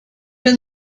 been